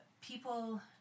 People